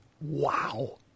Wow